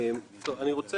רוצה